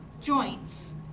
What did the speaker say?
joints